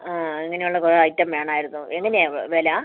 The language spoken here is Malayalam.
ആ അങ്ങനെ ഉള്ള കുറെ ഐറ്റം വേണമായിരുന്നു എങ്ങനെയാണ് വില